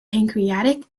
pancreatic